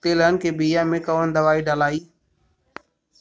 तेलहन के बिया मे कवन दवाई डलाई?